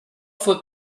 fue